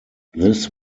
this